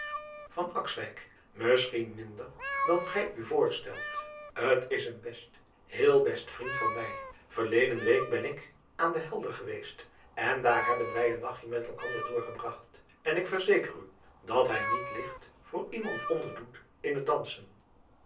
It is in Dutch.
isschien minder dan gij u voorstelt t s een best heel best vriend van mij erleden week ben ik aan de elder geweest en daar hebben wij een nachtje met elkander doorgebragt en ik verzekeer u dat hij niet ligt voor iemand onder doet in het dansen